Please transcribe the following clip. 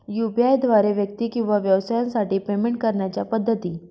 UPI द्वारे व्यक्ती किंवा व्यवसायांसाठी पेमेंट करण्याच्या पद्धती